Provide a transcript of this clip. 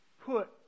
put